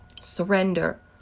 Surrender